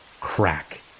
Crack